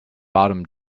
bottom